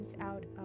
out